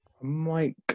Mike